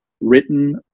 written